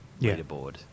leaderboard